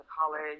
college